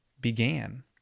began